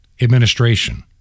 administration